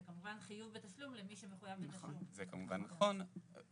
זה כמובן חיוב בתשלום למי שמחויב בתשלום.